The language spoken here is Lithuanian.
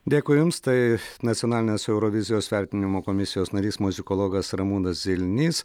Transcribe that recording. dėkui jums tai nacionalinės eurovizijos vertinimo komisijos narys muzikologas ramūnas zilnys